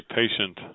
patient